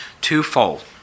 twofold